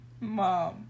Mom